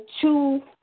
two